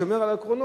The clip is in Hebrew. שומר על עקרונות.